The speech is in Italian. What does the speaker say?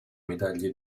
medaglie